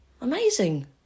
amazing